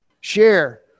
share